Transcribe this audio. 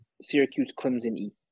Syracuse-Clemson-E